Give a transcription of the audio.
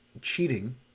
cheating